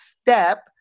step